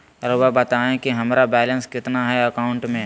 रहुआ बताएं कि हमारा बैलेंस कितना है अकाउंट में?